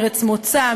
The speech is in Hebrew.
ארץ מוצא,